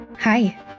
Hi